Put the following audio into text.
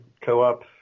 co-op